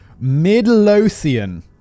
Midlothian